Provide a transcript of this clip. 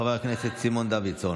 חבר הכנסת סימון דוידסון,